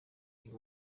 uyu